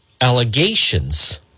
allegations